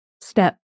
step